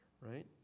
right